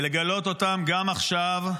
ולגלות אותם גם עכשיו,